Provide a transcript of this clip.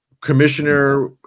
commissioner